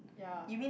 ya